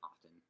often